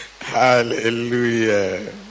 Hallelujah